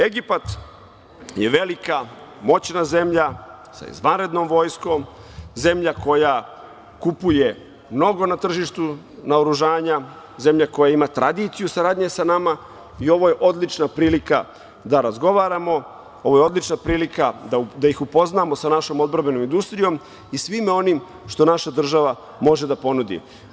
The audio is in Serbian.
Egipat je velika, moćna zemlja, sa izvanrednom vojskom, zemlja koja kupuje mnogo na tržištu naoružanja, zemlja koja ima tradiciju saradnje sa nama i ovo je odlična prilika da razgovaramo, ovo je odlična prilika da ih upoznamo sa našom odbrambenom industrijom i svime onim što naša država može da ponudi.